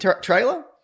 trailer